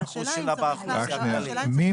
כן.